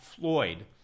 Floyd